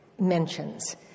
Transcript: mentions